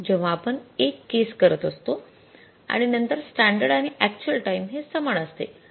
म्हणून जेव्हा आपण १ केस करत असतो आणि नंतर स्टॅंडर्ड आणि अॅक्च्युअल टाईम हे समान असते